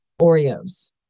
Oreos